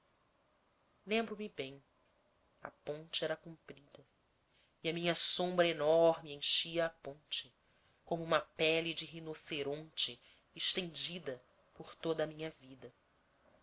lembro-me bem a ponte era comprida e a minha sombra enorme enchia a ponte como uma pele de rinoceronte estendida por toda a minha vida